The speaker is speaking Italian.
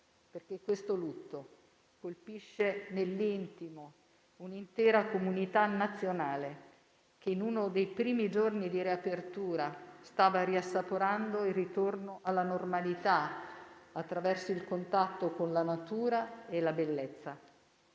perché questo lutto colpisce nell'intimo un'intera comunità nazionale che in uno dei primi giorni di riapertura stava riassaporando il ritorno alla normalità attraverso il contatto con la natura e la bellezza.